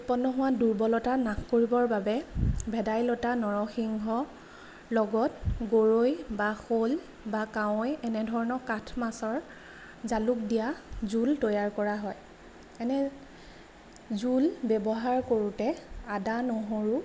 উৎপন্ন হোৱা দুৰ্বলতা নাশ কৰিবৰ বাবে ভেদাইলতা নৰসিংহৰ লগত গৰৈ বা শ'ল বা কাৱৈ এনেধৰণৰ কাঠ মাছৰ জালুক দিয়া জোল তৈয়াৰ কৰা হয় এনে জোল ব্যৱহাৰ কৰোঁতে আদা নহৰু